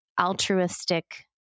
altruistic